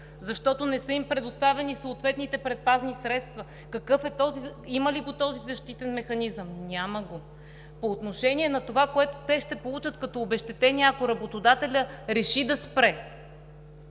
защото не са им предоставени съответните предпазни средства? Какъв е, има ли го този защитен механизъм? Няма го. По отношение на това, което те ще получат като обезщетение, ако работодателят реши да спре